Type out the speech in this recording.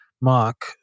Mark